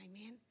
amen